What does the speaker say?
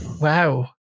wow